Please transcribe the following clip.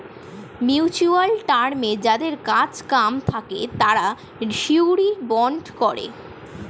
mutual টার্মে যাদের কাজ কাম থাকে তারা শিউরিটি বন্ড করে